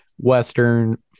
Western